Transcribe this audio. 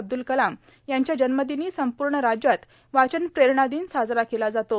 अब्द्रल कलाम यांच्या जन्मदिनी संपूर्ण राज्यात वाचन प्रेरणा दिन साजरा केला जातो